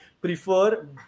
prefer